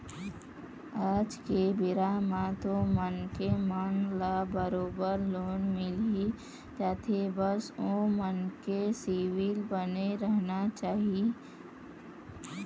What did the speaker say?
आज के बेरा म तो मनखे मन ल बरोबर लोन मिलही जाथे बस ओ मनखे के सिविल बने रहना चाही